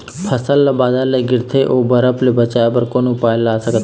फसल ला बादर ले गिरथे ओ बरफ ले बचाए बर कोन उपाय ला अपना सकथन?